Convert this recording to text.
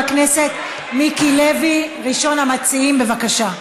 חבר הכנסת מיקי לוי, ראשון המציעים, בבקשה.